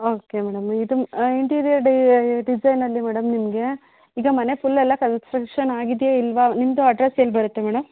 okay madam ಇದು interior ಡಿಸೈನಲ್ಲಿ madam ನಿಮ್ಗೆ ಈಗ ಮನೆ ಫುಲ್ ಎಲ್ಲ ಕನ್ಸ್ಟ್ರಕ್ಷನ್ ಆಗಿದೆಯಾ ಇಲ್ಲವಾ ನಿಮ್ಮದು ಅಡ್ರೆಸ್ ಎಲ್ಲಿ ಬರುತ್ತೆ ಮೇಡಮ್